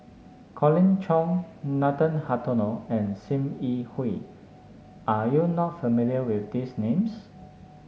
Colin Cheong Nathan Hartono and Sim Yi Hui are you not familiar with these names